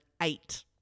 eight